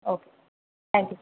okay thank you